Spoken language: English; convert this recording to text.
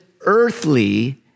earthly